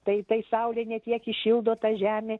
tai tai saulė ne tiek įšildo tą žemę